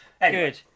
Good